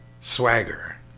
swagger